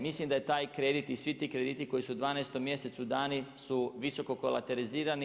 Mislim da je taj kredit i svi ti krediti koji su u 12 mjesecu dani su visoko kolaterizirani.